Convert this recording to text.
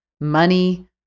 Money